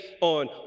on